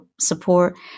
support